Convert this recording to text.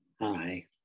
Hi